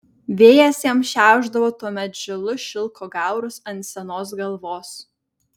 vėjas jam šiaušdavo tuomet žilus šilko gaurus ant senos galvos